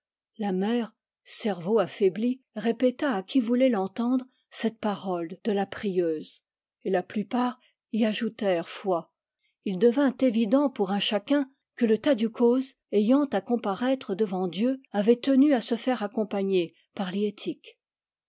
la mère cerveau affaibli répéta à qui voulait l'entendre cette parole de la prieuse et la plupart y ajoutèrent foi il devint évident pour un chacun que le tadiou coz ayant à comparaître devant dieu avait tenu à se faire accompagner par